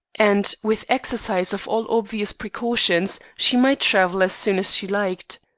and, with exercise of all obvious precautions, she might travel as soon as she liked.